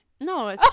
no